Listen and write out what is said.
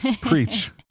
preach